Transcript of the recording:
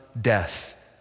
death